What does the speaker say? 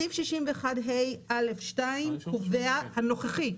סעיף 61ה(א)(2) הנוכחי קובע: